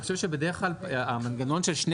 אני חושב שבדרך כלל המנגנון של שני